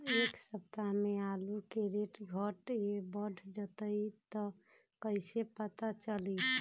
एक सप्ताह मे आलू के रेट घट ये बढ़ जतई त कईसे पता चली?